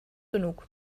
genug